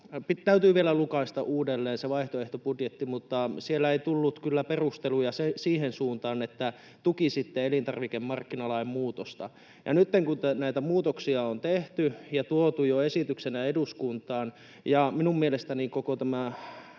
Täytyy vielä lukaista uudelleen se vaihtoehtobudjetti, mutta siellä ei tullut kyllä perusteluja siihen suuntaan, että tukisitte elintarvikemarkkinalain muutosta. Nytten kun näitä muutoksia on tehty ja tuotu jo esityksenä eduskuntaan ja minun mielestäni koko tämä